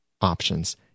options